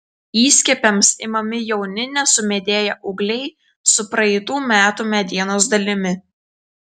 įskiepiams imami jauni nesumedėję ūgliai su praeitų metų medienos dalimi